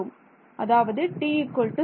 அதாவது t 0